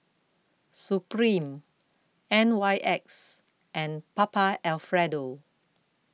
Supreme N Y X and Papa Alfredo